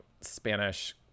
Spanish